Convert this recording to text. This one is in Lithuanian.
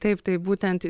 taip taip būtent